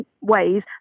ways